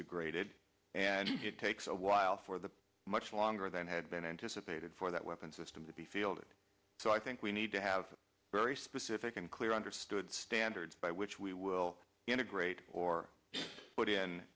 degraded and it takes a while for the much longer than had been anticipated for that weapons system to be fielded so i think we need to have very specific and clear understood standards by which we will integrate or put in